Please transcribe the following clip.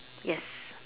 yes